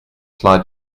slide